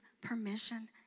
permission